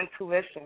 intuition